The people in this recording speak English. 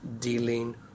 dealing